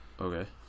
Okay